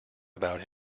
about